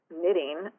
knitting